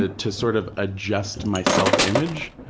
ah to sort of adjust my self-image,